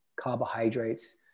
carbohydrates